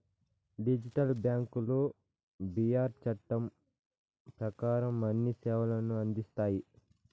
digital బ్యాంకులు BR చట్టం ప్రకారం అన్ని సేవలను అందిస్తాయి